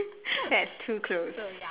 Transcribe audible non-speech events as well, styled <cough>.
<noise> that's too close